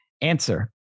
Answer